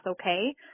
okay